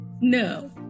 No